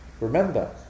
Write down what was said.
Remember